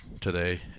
today